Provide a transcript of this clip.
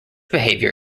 behavior